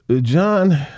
john